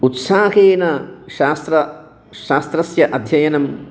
उत्साहेन शास्त्रस्य शास्त्रस्य अध्ययनम्